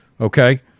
Okay